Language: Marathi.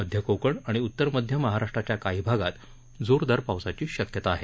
मध्य कोकण आणि उत्तर मध्य महाराष्ट्राच्या काही भागात जोरदार पावसाची शक्यता आहे